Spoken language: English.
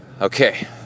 Okay